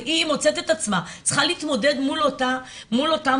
והיא מוצאת את עצמה צריכה להתמודד מול אותם הורים,